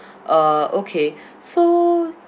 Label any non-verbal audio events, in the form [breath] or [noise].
[breath] uh okay [breath] so